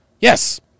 Yes